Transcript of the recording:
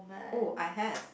oh I have